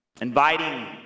Inviting